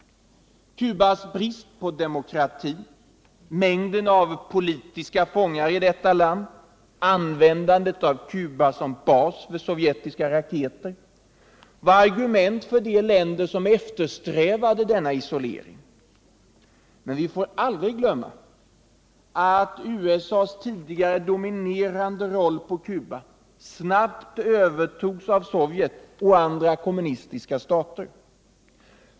Cubas brist på demokrati, mängden av politiska fångar i detta land, användandet av Cuba som bas för sovjetiska raketer var argument för de länder som eftersträvade denna isolering. Men vi får aldrig glömma att USA:s tidigare dominerande roll på Cuba snabbt övertogs av Sovjet och andra kommunistiska stater.